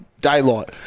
daylight